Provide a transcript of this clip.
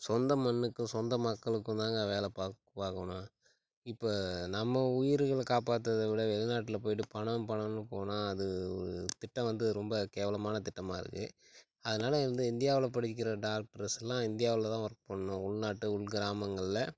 சொந்த மண்ணுக்கும் சொந்த மக்களுக்கும் தான்ங்க வேலை பாக் பார்க்கணும் இப்போ நம்ம உயிர்களை காப்பாத்துறதை விட வெளிநாட்டில் போய்ட்டு பணம் பணன்னு போனால் அது திட்டம் வந்து ரொம்ப கேவலமான திட்டமாக இருக்கும் அதனால் வந்து இந்தியாவில் படிக்கிற டாக்டர்ஸுலாம் இந்தியாவில் தான் ஒர்க் பண்ணணும் உள்நாட்டு உள் கிராமங்களில்